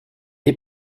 est